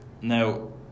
Now